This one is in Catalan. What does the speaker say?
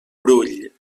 brull